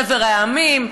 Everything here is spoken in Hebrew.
חבר המדינות.